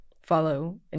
follow